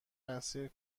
مسیر